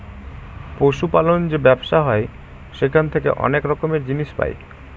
পশু পালন যে ব্যবসা হয় সেখান থেকে অনেক রকমের জিনিস পাই